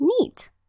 Neat